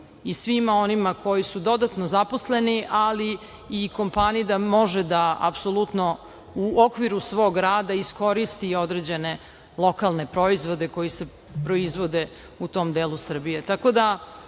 i svima onima koji su dodatno zaposleni, ali i kompaniji da može da apsolutno u okviru svog rada iskoristi i određene lokalne proizvode koji se proizvode u tom delu Srbije.